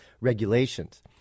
regulations